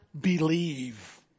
believe